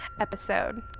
episode